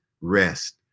rest